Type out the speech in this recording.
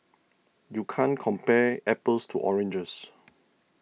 you can't compare apples to oranges